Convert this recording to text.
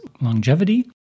longevity